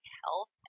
health